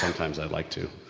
and times i'd like to.